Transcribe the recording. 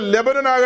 Lebanon